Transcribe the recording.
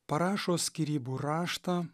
parašo skyrybų raštą